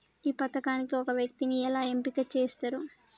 ఈ పథకానికి ఒక వ్యక్తిని ఎలా ఎంపిక చేస్తారు?